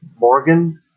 Morgan